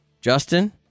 Justin